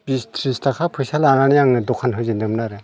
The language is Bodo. बिस त्रिस थाखा फैसा लानानै आङो दखान होजेनदोंमोन आरो